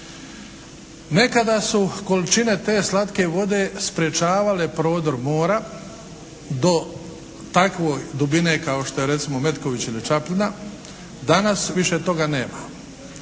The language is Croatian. Nekada su količine te slatke vode sprječavale prodor mora do takve dubine kao što je recimo Metković ili Čapljina. Danas više toga nema.